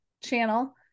channel